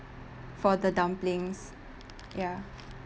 for the dumplings ya